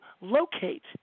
locate